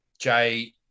Jay